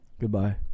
Goodbye